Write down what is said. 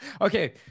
okay